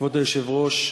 כבוד היושב-ראש,